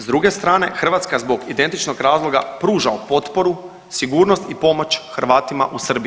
S druge strane Hrvatska zbog identičnog razloga pruža potporu, sigurnost i pomoć Hrvatima u Srbiji.